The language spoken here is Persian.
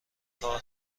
کار